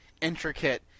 intricate